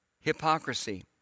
hypocrisy